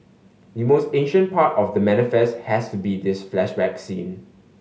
the most ancient part of The Manifest has to be this flashback scene